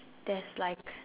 that's like